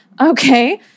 Okay